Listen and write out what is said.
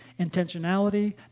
intentionality